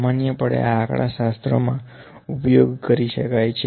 સામાન્યપણેઆં આંકડાશાસ્ત્ર મા ઉપયોગ કરી શકાય છે